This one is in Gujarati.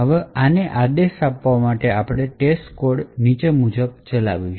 હવે આને આદેશ આપવા માટે આપણે testcode નીચે મુજબ રન કરીશું